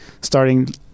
starting